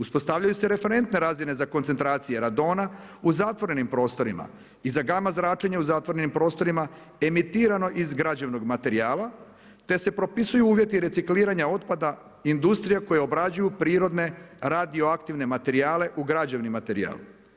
Uspostavljaju se referentne razine za koncentracije radona u zatvorenim prostorima i za gama zračenje u zatvorenim prostorima emitirano iz građevnog materijala, te se propisuju uvjeti recikliranja otpada industrije koje obrađuju prirodne radioaktivne materijale u građevni materijal.